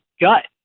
gut